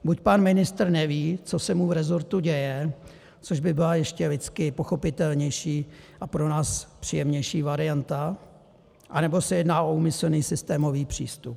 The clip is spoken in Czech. Buď pan ministr neví, co se mu v rezortu děje, což by byla ještě lidsky pochopitelnější a pro nás příjemnější varianta, anebo se jedná o úmyslný systémový přístup.